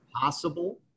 possible